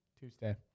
Tuesday